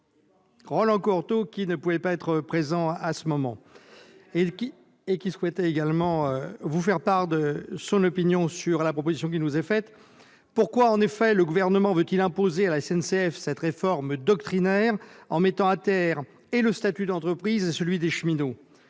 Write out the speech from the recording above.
Roland Courteau, qui ne peut être présent à cet instant et qui souhaitait lui aussi vous faire part de son opinion sur la proposition qui nous est faite. Pourquoi le Gouvernement veut-il imposer à la SNCF cette réforme doctrinaire qui met à terre tant le statut de l'entreprise que celui des cheminots ?